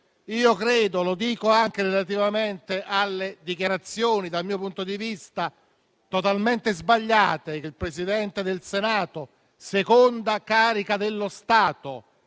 italiani. Lo dico anche con riferimento alle dichiarazioni dal mio punto di vista totalmente sbagliate che il Presidente del Senato, seconda carica dello Stato,